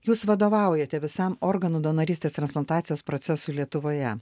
jūs vadovaujate visam organų donorystės transplantacijos procesui lietuvoje